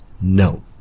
no